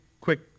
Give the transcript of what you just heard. quick